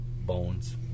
bones